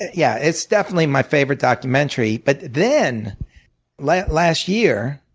yeah it's definitely my favorite documentary. but then last last year,